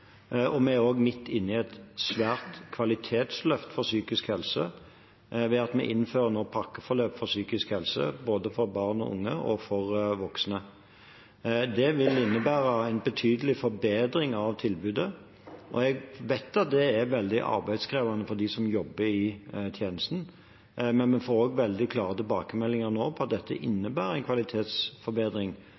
og vi er også midt inni et svært kvalitetsløft for psykisk helse ved at vi nå innfører pakkeforløp for psykisk helse, både for barn og unge og for voksne. Det vil innebære en betydelig forbedring av tilbudet. Jeg vet at det er veldig arbeidskrevende for dem som jobber i tjenesten, men vi får også veldig klare tilbakemeldinger på at dette innebærer en kvalitetsforbedring,